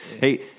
Hey